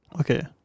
Okay